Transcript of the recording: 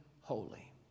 holy